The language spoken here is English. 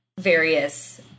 various